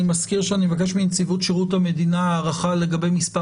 אני מזכיר שאני מבקש מנציבות שירות המדינה הערכה לגבי מספר